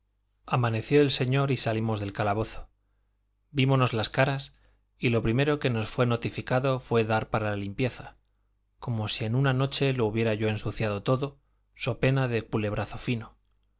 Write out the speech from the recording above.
amaneció el señor y salimos del calabozo vímonos las caras y lo primero que nos fue notificado fue dar para la limpieza como si en una noche lo hubiera yo ensuciado todo so pena de culebrazo fino